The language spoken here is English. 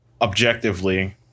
objectively